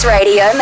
Radio